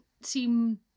seem